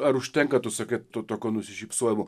ar užtenka tu sakai tu to ko nusišypsojau